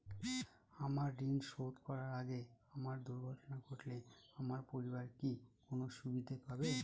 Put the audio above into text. আমার ঋণ শোধ করার আগে আমার দুর্ঘটনা ঘটলে আমার পরিবার কি কোনো সুবিধে পাবে?